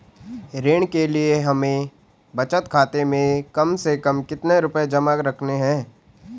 ऋण के लिए हमें बचत खाते में कम से कम कितना रुपये जमा रखने हैं?